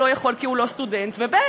לא יכול כי הוא לא סטודנט, וב.